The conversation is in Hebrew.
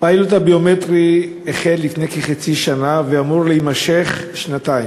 פיילוט הביומטרי החל לפני כחצי שנה ואמור להימשך שנתיים.